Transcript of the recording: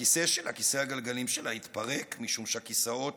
שכיסא הגלגלים שלה התפרק משום שהכיסאות